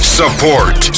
support